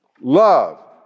Love